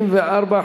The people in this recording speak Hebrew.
3)